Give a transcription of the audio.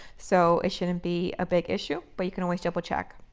so it shouldn't be a big issue, but you can always double check.